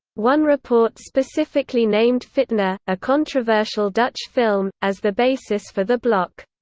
one report specifically named fitna, a controversial dutch film, as the basis for the block.